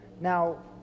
Now